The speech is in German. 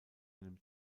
einem